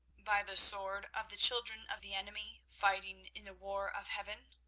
by the sword of the children of the enemy, fighting in the war of heaven?